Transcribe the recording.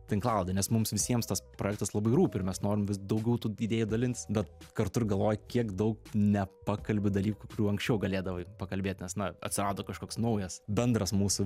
tinklalaidę nes mums visiems tas projektas labai rūpi ir mes norim vis daugiau tų idėjų dalintis bet kartu ir galvoji kiek daug nepakalbi dalykų kurių anksčiau galėdavai pakalbėt nes na atsirado kažkoks naujas bendras mūsų